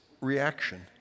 reaction